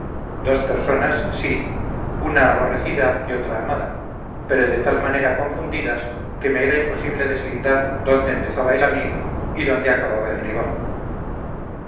dos personas sí una aborrecida y otra amada pero de tal manera confundidas que me era imposible deslindar dónde empezaba el amigo y dónde acababa el rival